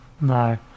No